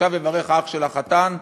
עכשיו יברך האח של החתן,